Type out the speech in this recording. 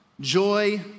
joy